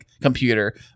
computer